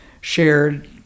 shared